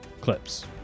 clips